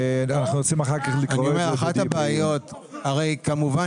ואנחנו רוצים אחר כך לקרוא את זה --- הרי כמובן,